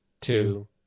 two